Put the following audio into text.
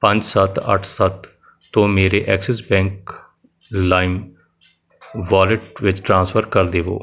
ਪੰਜ ਸੱਤ ਅੱਠ ਸੱਤ ਤੋਂ ਮੇਰੇ ਐਕਸਿਸ ਬੈਂਕ ਲਾਈਮ ਵੋਲਿਟ ਵਿੱਚ ਟ੍ਰਾਂਸਫਰ ਕਰ ਦੇਵੋ